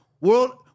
World